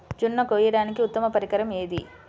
జొన్న కోయడానికి ఉత్తమ పరికరం ఏది?